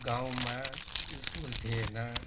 गाउँमा स्कुल थिएन